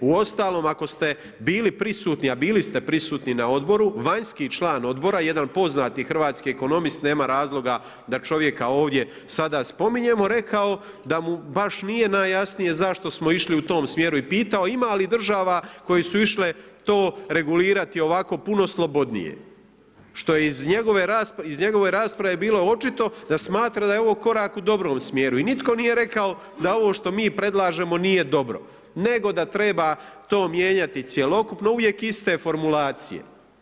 Uostalom, ako ste bili prisutni, a bili ste prisutni na Odboru, vanjski član Odbora, jedan poznati hrvatski ekonomist nema razloga da čovjeka ovdje sada spominjemo, rekao da mu baš nije najjasnije zašto smo išli u tom smjeru i pitao, ima li država koje su išle to regulirati ovako puno slobodnije, što je iz njegove rasprave bilo očito da smatra da je ovo korak u dobrom smjeru i nitko nije rekao da ovo što mi predlažemo nije dobro, nego da treba to mijenjati cjelokupno, uvijek iste formulacije.